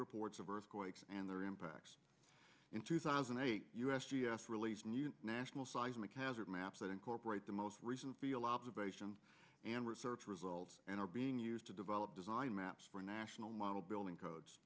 reports of earthquakes and their impacts in two thousand and eight u s g s released national seismic hazard maps that incorporate the most recent feel observation and research results and are being used to develop design maps for national model building codes